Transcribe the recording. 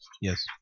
Yes